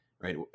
right